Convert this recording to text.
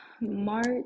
March